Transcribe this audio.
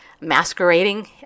masquerading